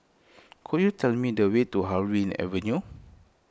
could you tell me the way to Harvey Avenue